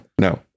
no